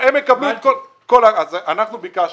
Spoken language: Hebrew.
אנחנו ביקשנו,